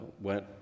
went